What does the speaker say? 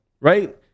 Right